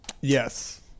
Yes